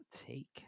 take